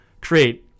create